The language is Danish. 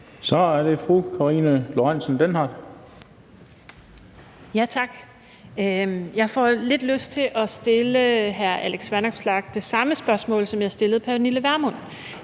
Kl. 19:31 Karina Lorentzen Dehnhardt (SF): Tak. Jeg får lidt lyst til at stille hr. Alex Vanopslagh det samme spørgsmål, som jeg stillede fru Pernille Vermund,